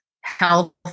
health